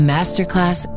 Masterclass